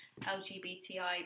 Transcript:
LGBTI